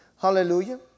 Hallelujah